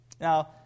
Now